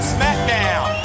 SmackDown